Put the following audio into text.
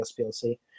SPLC